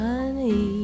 Honey